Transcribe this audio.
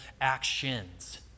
actions